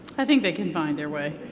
i think they can find there way.